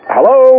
Hello